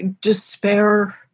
despair